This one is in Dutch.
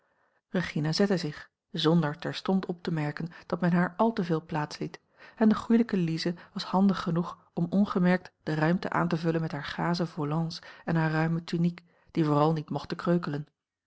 regina zette zich zonder terstond op te merken dat men haar àl te veel plaats liet en de goeilijke lize was handig genoeg om ongemerkt de ruimte aan te vullen met haar gazen volants en haar ruime tunique die vooral niet mochten kreukelen